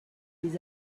les